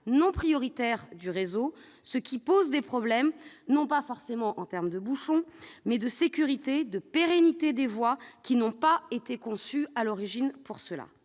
non prioritaires du réseau, ce qui pose des problèmes, non pas forcément en termes de bouchons, mais en termes de sécurité et de pérennité de voies qui n'ont pas été conçues initialement à cette